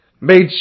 made